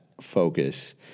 focus